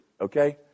Okay